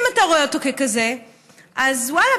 אם אתה רואה אותו ככזה אז ואללה,